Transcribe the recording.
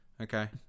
Okay